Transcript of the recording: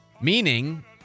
meaning